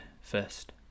first